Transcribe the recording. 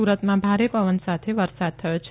સુરતમાં ભારે પવન સાથે વરસાદ થયો છે